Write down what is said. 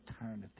eternity